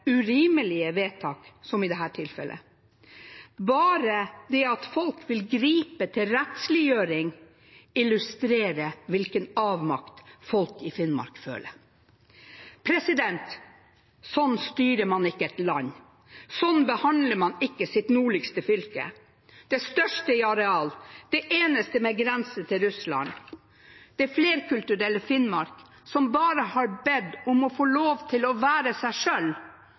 urimelige vedtak, som i dette tilfellet. Bare det at folk vil gripe til rettsliggjøring, illustrerer hvilken avmakt folk i Finnmark føler. Sånn styrer man ikke et land. Sånn behandler man ikke sitt nordligste fylke, det største i areal, det eneste med grense mot Russland – det flerkulturelle Finnmark, som bare har bedt om å få lov til å være seg